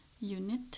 unit